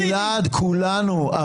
גלעד, כולנו.